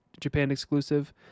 Japan-exclusive